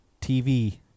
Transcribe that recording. TV